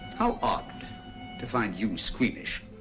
how odd to find you squeamish.